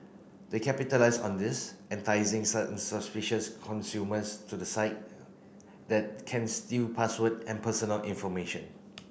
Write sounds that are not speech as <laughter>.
they capitalise on this enticing <unintelligible> consumers to the site that can steal password and personal information